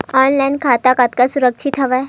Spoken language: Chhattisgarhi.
ऑनलाइन खाता कतका सुरक्षित हवय?